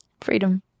Freedom